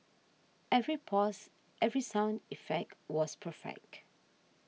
every pause every sound effect was perfect